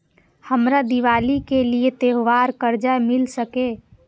हमरा दिवाली के लिये त्योहार कर्जा मिल सकय?